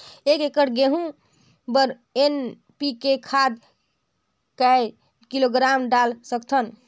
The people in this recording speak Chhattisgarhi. एक एकड़ गहूं बर एन.पी.के खाद काय किलोग्राम डाल सकथन?